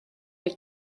est